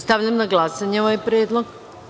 Stavljam na glasanje ovaj predlog.